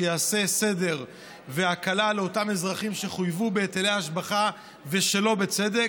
שיעשה סדר והקלה לאותם אזרחים שחויבו בהיטלי השבחה שלא בצדק.